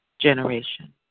generation